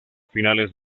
finales